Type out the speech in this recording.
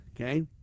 okay